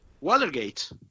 Watergate